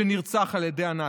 שנרצח על ידי הנאצים.